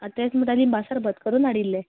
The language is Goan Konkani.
आं तेंच म्हणटा लिंबा सर्बत करून हाडिल्ले